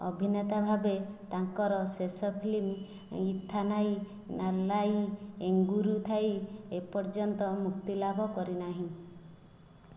ଅଭିନେତା ଭାବେ ତାଙ୍କର ଶେଷ ଫିଲ୍ମ ଇଥାନାଇ ନାଲାଇ ଏଙ୍ଗିରୁଥାଇ ଏପର୍ଯ୍ୟନ୍ତ ମୁକ୍ତିଲାଭ କରିନାହିଁ